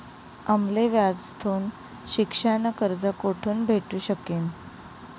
आम्ले व्याजथून रिक्षा न कर्ज कोठून भेटू शकीन